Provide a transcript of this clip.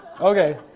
Okay